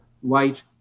white